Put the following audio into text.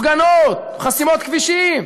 הפגנות, חסימות כבישים.